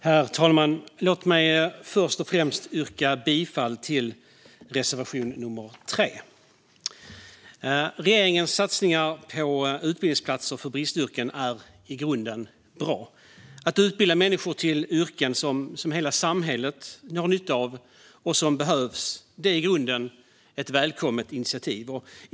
Herr talman! Låt mig först och främst yrka bifall till reservation nummer 3. Regeringens satsningar på utbildningsplatser för bristyrken är i grunden bra. Att utbilda människor till yrken som hela samhället har nytta av och som behövs är i grunden ett välkommet initiativ.